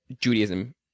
Judaism